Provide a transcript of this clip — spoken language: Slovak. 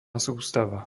sústava